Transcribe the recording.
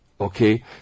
okay